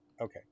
okay